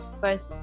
first